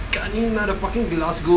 kannina the fucking